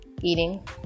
eating